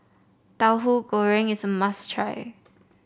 Tahu Goreng is a must try